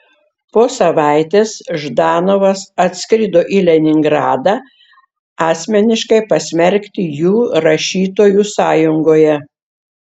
po savaitės ždanovas atskrido į leningradą asmeniškai pasmerkti jų rašytojų sąjungoje